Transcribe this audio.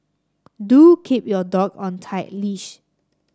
do keep your dog on a tight leash